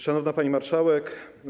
Szanowna Pani Marszałek!